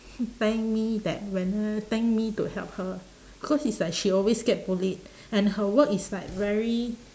thank me that when uh thank me to help her because is like she always get bullied and her work is like very